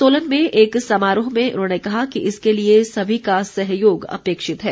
सोलन में एक समारोह में उन्होंने कहा कि इसके लिए सभी का सहयोग अपेक्षित है